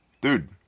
dude